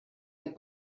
had